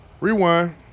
Rewind